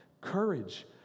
courage